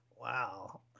Wow